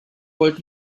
wollt